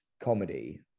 comedy